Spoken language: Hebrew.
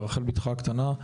ברחל בתך הקטנה,